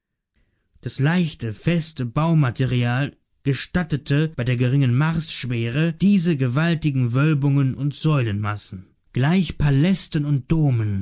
das leichte feste baumaterial gestattete bei der geringen marsschwere diese gewaltigen wölbungen und säulenmassen gleich palästen und domen